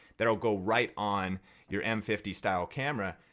that'll go right on your m fifty style camera.